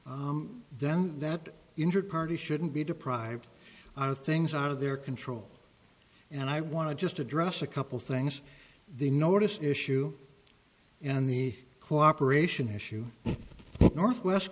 then that injured party shouldn't be deprived of things out of their control and i want to just address a couple things the notice issue and the cooperation issue but northwest